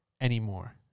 anymore